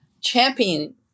champion